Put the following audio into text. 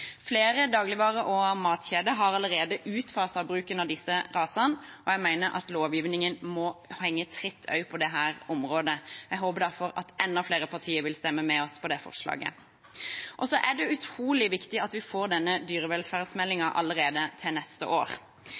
Flere dagligvare- og matkjeder har allerede utfaset bruken av disse rasene, og jeg mener at lovgivningen må holde tritt også på dette området. Jeg håper derfor at enda flere partier vil stemme med oss for det forslaget. Så er det utrolig viktig at vi får dyrevelferdsmeldingen allerede til neste år.